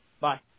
Bye